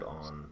on